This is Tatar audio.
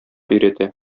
өйрәтә